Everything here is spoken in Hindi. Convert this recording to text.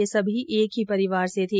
ये सभी एक ही परिवार से थे